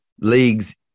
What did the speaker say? leagues